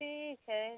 ठीक है